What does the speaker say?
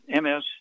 MS